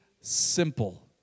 simple